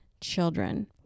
children